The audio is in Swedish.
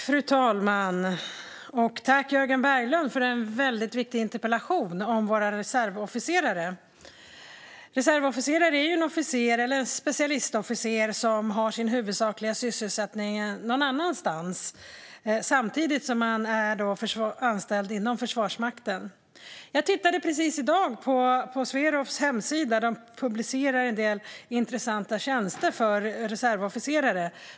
Fru talman! Jag tackar Jörgen Berglund för en mycket viktig interpellation om våra reservofficerare. Reservofficerare är en officer eller en specialistofficer som har sin huvudsakliga sysselsättning någon annanstans samtidigt som man är anställd inom Försvarsmakten. Jag tittade precis i dag på Sverofs hemsida, där de publicerar en del intressanta tjänster för reservofficerare.